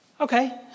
Okay